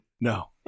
No